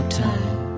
time